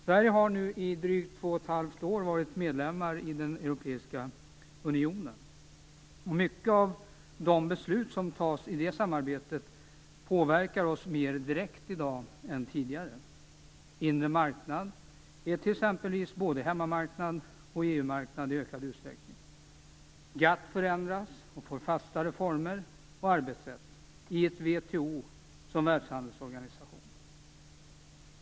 Sverige har nu i drygt två och ett halvt år varit medlem i den europeiska unionen. Många av de beslut som fattas i det samarbetet påverkar oss mer direkt i dag än tidigare. Inre marknad är exempelvis både hemmamarknad och i ökad utsträckning EU marknad. GATT förändras och får fastare former och arbetssätt i WTO - som världshandelsorganisation.